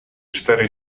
czterej